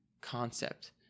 concept